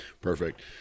perfect